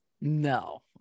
No